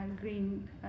green